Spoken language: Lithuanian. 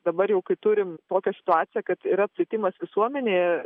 dabar jau kai turim tokią situaciją kad yra plitimas visuomenėje